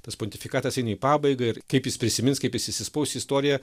tas pontifikatas eina į pabaigą ir kaip jis prisimins kaip jis įsispaus į istoriją